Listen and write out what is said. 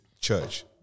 church